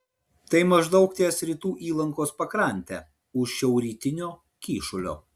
tai maždaug ties rytų įlankos pakrante už šiaurrytinio kyšulio